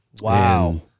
Wow